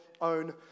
own